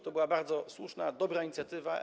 To była bardzo słuszna, dobra inicjatywa.